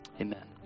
amen